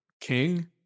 King